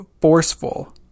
forceful